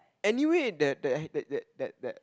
anyway the the that that that